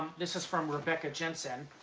this is from rebecca jensen.